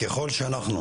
ככל שאנחנו